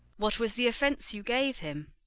what was the offence you gave him?